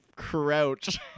Crouch